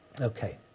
Okay